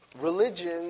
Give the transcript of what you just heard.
religion